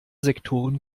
sektoren